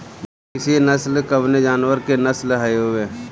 गिरी नश्ल कवने जानवर के नस्ल हयुवे?